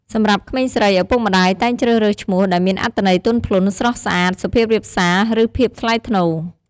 សម្រាប់ក្មេងស្រី ឪពុកម្តាយតែងជ្រើសរើសឈ្មោះដែលមានអត្ថន័យទន់ភ្លន់ ស្រស់ស្អាត សុភាពរាបសារ ឬភាពថ្លៃថ្នូរ។